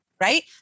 Right